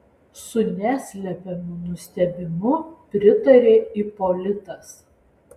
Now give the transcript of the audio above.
su neslepiamu nustebimu pritarė ipolitas